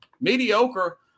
Mediocre